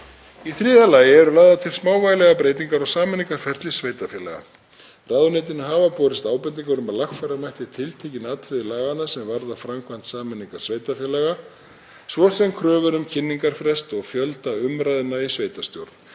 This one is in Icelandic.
Í þriðja lagi eru lagðar til smávægilegar breytingar á sameiningarferli sveitarfélaga. Ráðuneytinu hafa borist ábendingar um að lagfæra mætti tiltekin atriði laganna sem varða framkvæmd sameiningar sveitarfélaga, svo sem kröfur um kynningarfrest og fjölda umræðna í sveitarstjórn.